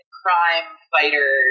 crime-fighter